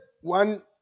one